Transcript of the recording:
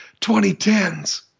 2010s